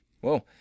Whoa